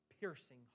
piercing